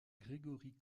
grégory